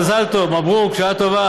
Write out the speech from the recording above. מזל טוב, מברוכ, בשעה טובה.